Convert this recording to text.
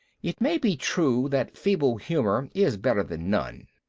it may be true that feeble humor is better than none.